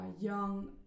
young